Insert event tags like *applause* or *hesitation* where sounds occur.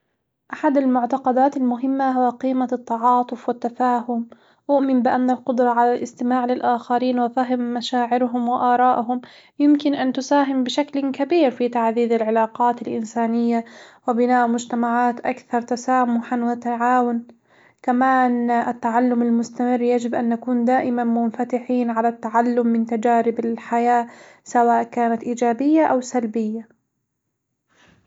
أحد المعتقدات المهمة هو قيمة التعاطف والتفاهم، أؤمن بأن القدرة على الاستماع للآخرين وفهم مشاعرهم وآرائهم يمكن أن تساهم بشكل كبير في تعزيز العلاقات الإنسانية وبناء مجتمعات أكثر تسامحًا وتعاون، كمان *hesitation* التعلم المستمر يجب أن نكون دائمًا منفتحين على التعلم من تجارب الحياة سواء كانت إيجابية أو سلبية.